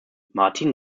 martin